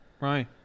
Right